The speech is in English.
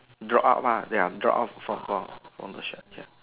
dropout lah they're dropout for for from the shirt ya